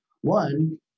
One